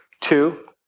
Two